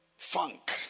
funk